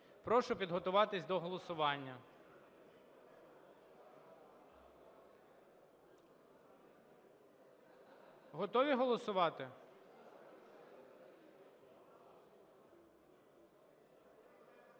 Прошу підготуватись до голосування. Готові голосувати?